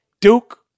Duke